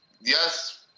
Yes